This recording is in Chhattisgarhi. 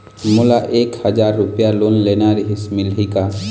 मोला एक हजार रुपया लोन लेना रीहिस, मिलही का?